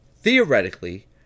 theoretically